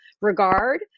regard